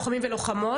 לוחמים ולוחמות.